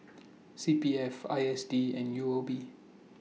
C P F I S D and U O B